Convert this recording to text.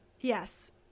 Yes